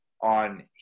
on